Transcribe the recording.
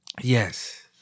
yes